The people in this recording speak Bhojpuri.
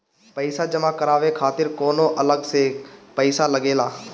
पईसा जमा करवाये खातिर कौनो अलग से पईसा लगेला?